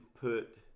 put